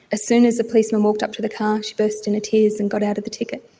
as soon as the policeman walked up to the car she burst into tears and got out of the ticket.